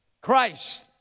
Christ